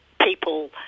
people